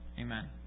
Amen